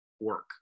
work